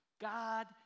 God